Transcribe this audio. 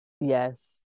yes